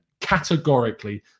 Categorically